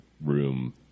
room